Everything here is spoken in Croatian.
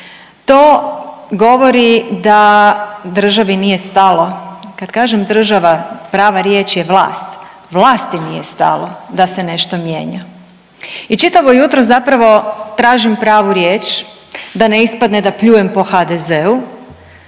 To govori da državi nije stalo. Kad kažem država, prava riječ je vlast, vlasti nije stalo da se nešto mijenja. I čitavo jutro zapravo tražim pravu riječ da ne ispadne da pljujem po HDZ-u,